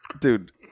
dude